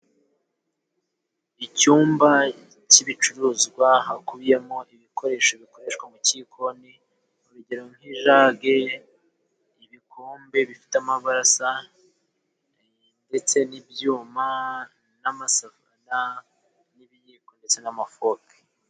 Icyumba cy'ibicuruzwa hakubiyemo ibikoresho bikoreshwa mu cyikoni urugero nk'ijage, ibikombe bifite amabara asa ndetse n'ibyuma, n'amasafuriya n'ibiyiko ndetse n'amafoke.